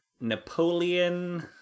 Napoleon